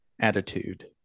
attitude